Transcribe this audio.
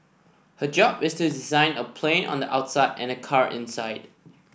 his job is to design a plane on the outside and a car inside